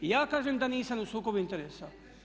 Ja kažem da nisam u sukobu interesa.